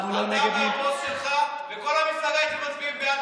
אתה והבוס שלך וכל המפלגה הייתם מצביעים בעד,